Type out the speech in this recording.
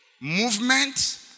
movement